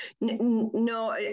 No